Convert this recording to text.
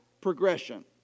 progression